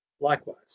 likewise